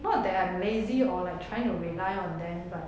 not that I'm lazy or like trying to rely on them but